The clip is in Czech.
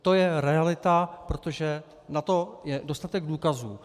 To je realita, protože na to je dostatek důkazů.